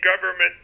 government